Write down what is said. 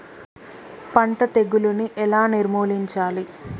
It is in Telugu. పంట తెగులుని ఎలా నిర్మూలించాలి?